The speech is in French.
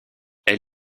elle